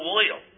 oil